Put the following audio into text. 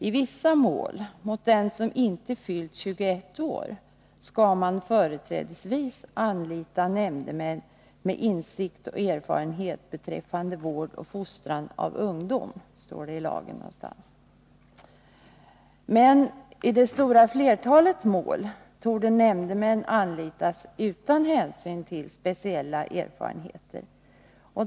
I vissa mål mot den som inte fyllt 21 år skall man företrädesvis anlita nämndemän med insikt och erfarenhet beträffande vård och fostran av ungdom. Men i det stora flertalet mål torde nämndemän anlitas utan hänsyn till speciella erfarenheter.